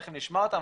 תיכף נשמע אותם,